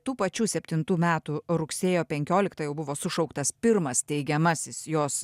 tų pačių septintų metų rugsėjo penkioliktą jau buvo sušauktas pirmas steigiamasis jos